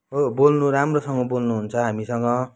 हो बोल्नु राम्रोसँग बोल्नुहुन्छ हामीसँग